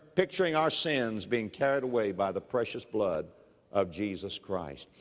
picturing our sins being carried away by the precious blood of jesus christ.